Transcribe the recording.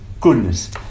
goodness